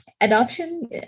adoption